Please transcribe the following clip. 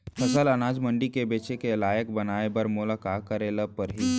फसल ल अनाज मंडी म बेचे के लायक बनाय बर मोला का करे ल परही?